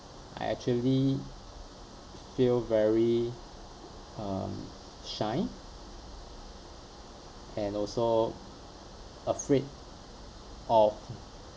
I actually feel very um shy and also afraid of